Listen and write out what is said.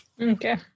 Okay